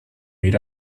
meet